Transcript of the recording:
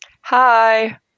Hi